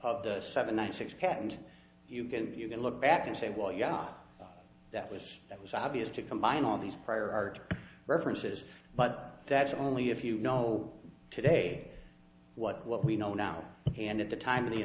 of the seven one six happened you can you can look back and say well yeah that was that was obvious to combine all these prior art references but that's only if you know today what what we know now and at the time